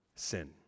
sin